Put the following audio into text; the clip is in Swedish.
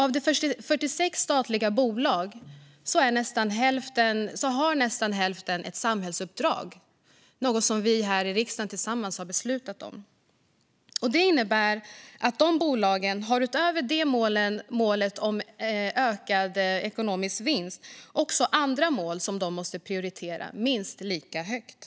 Av de 46 statliga bolagen har nästan hälften ett samhällsuppdrag som vi i riksdagen tillsammans har beslutat om. Det innebär att dessa bolag utöver målet om ökad ekonomisk vinst också har andra mål som de måste prioritera minst lika högt.